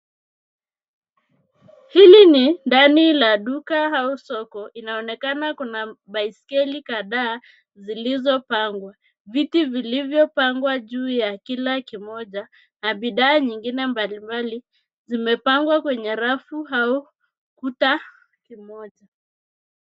Hili ni ndani la duka au soko, inaonekana kuna baiskeli kadhaa zilizopangwa. Viti vilivyopangwaa juu ya kila kimoja na bidhaa nyingine mbalimbali zimepangwa kwenye rafu au kuta kimoja.